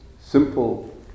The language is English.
simple